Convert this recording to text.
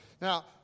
Now